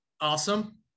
awesome